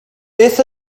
beth